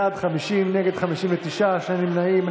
בעד, 50, נגד, 59, שני נמנעים.